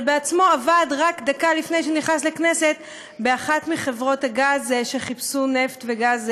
עבד רק דקה לפני שנכנס לכנסת באחת מחברות הגז שחיפשו נפט וגז,